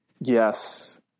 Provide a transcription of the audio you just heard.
Yes